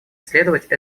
следовать